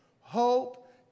hope